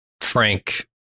Frank